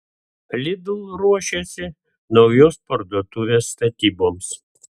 lidl ruošiasi naujos parduotuvės statyboms